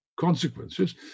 consequences